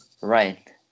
Right